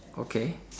okay